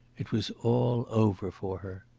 it was all over for her.